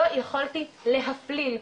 לא יכולתי להפליל,